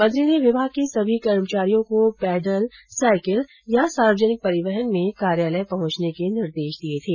मंत्री ने विभाग के सभी कर्मचारियों को पैदल साइकिल या सार्वजनिक परिवहन में कार्यालय पहुंचने के निर्देश दिए थे